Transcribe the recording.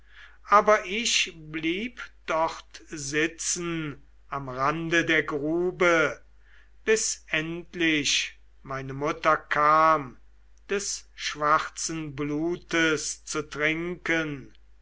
aber ich blieb dort sitzen am rande der grube bis endlich meine mutter kam des schwarzen blutes zu trinken